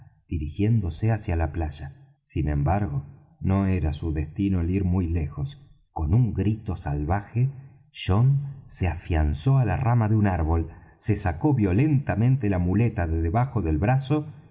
dirigiéndose hacia la playa sin embargo no era su destino el ir muy lejos con un grito salvaje john se afianzó á la rama de un árbol se sacó violentamente la muleta de bajo el brazo